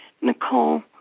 Nicole